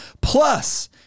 Plus